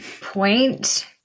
point